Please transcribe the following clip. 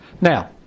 Now